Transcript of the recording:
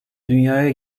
dünyaya